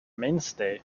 mainstay